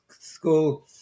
school